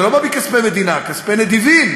זה לא בא מכספי מדינה, כספי נדיבים.